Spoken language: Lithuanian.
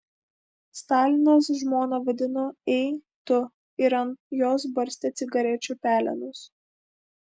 stalinas žmoną vadino ei tu ir ant jos barstė cigarečių pelenus